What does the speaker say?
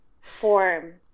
form